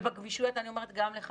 ובגמישויות אני אומרת גם לך,